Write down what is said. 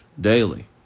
daily